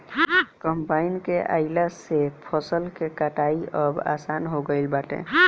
combine के आइला से फसल के कटाई अब आसान हो गईल बाटे